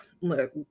look